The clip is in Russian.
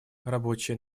рабочая